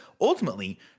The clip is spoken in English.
ultimately